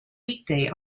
weekday